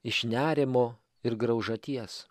iš nerimo ir graužaties